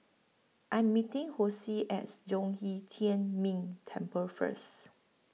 I Am meeting Hosea as Zhong Yi Tian Ming Temple First